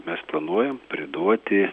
mes planuojam priduoti